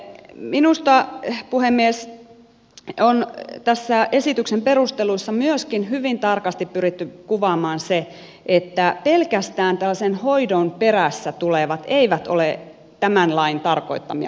minusta puhemies on tässä esityksen perusteluissa myöskin hyvin tarkasti pyritty kuvaamaan se että pelkästään tällaisen hoidon perässä tulevat eivät ole tämän lain tarkoittamia paperittomia